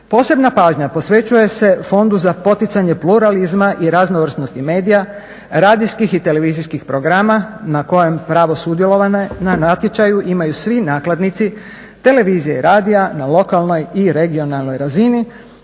Posebna pažnja posvećuje se Fondu za poticanje pluralizma i raznovrsnosti medija, radijskih i televizijskih programa na kojem pravo sudjelovanja na natječaju imaj svi nakladnici televizija i radija na lokalnoj i regionalnoj razini,